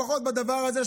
לפחות בדבר הזה,